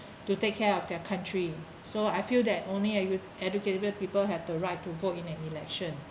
to take care of their country so I feel that only edu~ educate people have the right to vote in an election